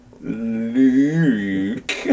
Luke